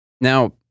Now